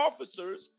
officers